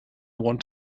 want